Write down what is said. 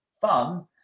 fun